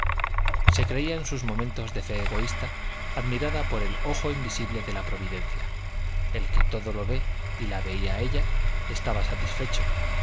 se creía en sus momentos de fe egoísta admirada por el ojo invisible de la providencia el que todo lo ve y la veía a ella estaba satisfecho